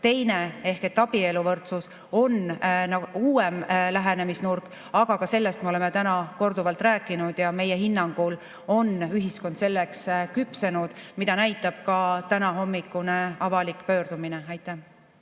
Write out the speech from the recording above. Teine ehk abieluvõrdsus on uuem lähenemisnurk. Aga ka sellest me oleme täna korduvalt rääkinud ja meie hinnangul on ühiskond selleks küpsenud, mida näitab ka tänahommikune avalik pöördumine.